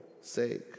sake